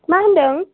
मा होनदोंं